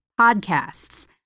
podcasts